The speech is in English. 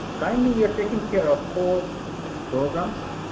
currently, we are taking care of four programs.